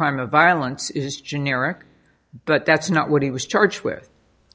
of violence is generic but that's not what he was charged with